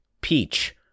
peach